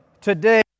today